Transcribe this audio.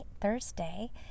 Thursday